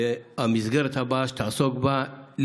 המסגרת הבאה שתעסוק בה,